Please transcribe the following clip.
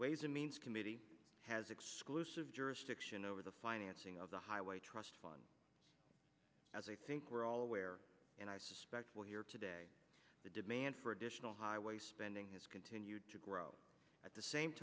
ways and means committee has exclusive jurisdiction over the financing of the highway trust fund as i think we're all aware and i suspect we'll hear today the demand for additional highway spending has continued to grow at the same